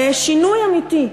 שינוי אמיתי.